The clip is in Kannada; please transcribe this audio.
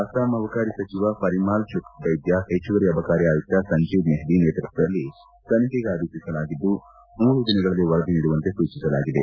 ಅಸ್ಲಾಂ ಅಬಕಾರಿ ಸಚಿವ ಪರಿಮಾಲ್ ಶುಕ್ಲಾಬೈದ್ಯ ಹೆಚ್ಚುವರಿ ಅಬಕಾರಿ ಆಯುಕ್ತ ಸಂಜಿಬ್ ಮೆಹ್ಹಿ ನೇತೃತ್ವದಲ್ಲಿ ತನಿಖೆಗೆ ಆದೇಶಿಸಲಾಗಿದ್ದು ಮೂರು ದಿನಗಳಲ್ಲಿ ವರದಿ ನೀಡುವಂತೆ ಸೂಚಿಸಲಾಗಿದೆ